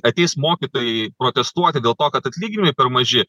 ateis mokytojai protestuoti dėl to kad atlyginimai per maži